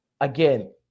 Again